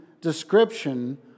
description